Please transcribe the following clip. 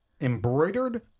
embroidered